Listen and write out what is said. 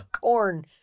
corn